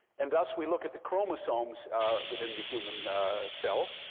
and thus we look at the chromosomes within the human cell.